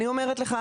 אני אומרת לך,